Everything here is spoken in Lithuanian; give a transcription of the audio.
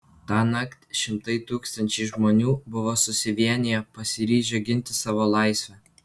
tąnakt šimtai tūkstančiai žmonių buvo susivieniję pasiryžę ginti savo laisvę